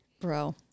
bro